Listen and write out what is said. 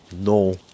No